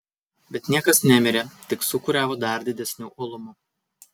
bet niekas nemirė tik sūkuriavo dar didesniu uolumu